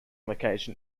location